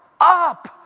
up